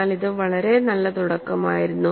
എന്നാൽ ഇത് വളരെ നല്ല തുടക്കമായിരുന്നു